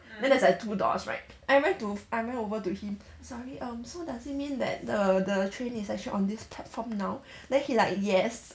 then there's like two doors right I went to I went over to him sorry um so does it mean that the the train is actually on this platform now then he like yes